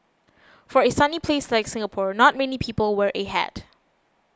for a sunny place like Singapore not many people wear a hat